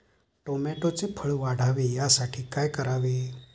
टोमॅटोचे फळ वाढावे यासाठी काय करावे?